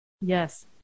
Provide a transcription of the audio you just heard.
Yes